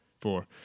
Four